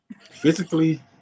physically